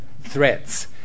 Threats